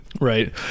Right